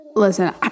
Listen